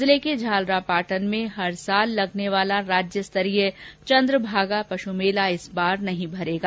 जिले के झालरापाटन में हर साल लगने वाला राज्य स्तर का चन्द्रभागा पशु मेला इस बार नहीं भरेगा